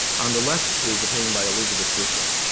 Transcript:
on the left, is a painting by elizabeth bishop.